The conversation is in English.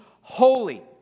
holy